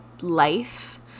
life